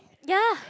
ya